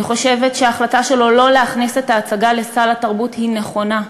אני חושבת שההחלטה שלו שלא להכניס את ההצגה לסל התרבות היא נכונה.